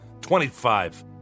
Twenty-five